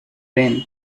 brain